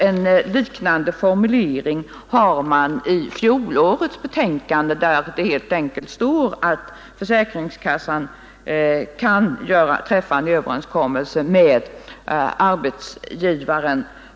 En liknande formulering hade man i fjolårets betänkande, där det helt enkelt sades att försäkringskassa kan träffa en överenskommelse med arbetsgivare.